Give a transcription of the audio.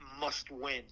must-win